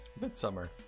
midsummer